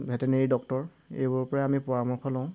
veterinary doctor এইবোৰৰপৰাই আমি পৰামৰ্শ লওঁ